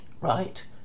right